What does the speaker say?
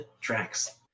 tracks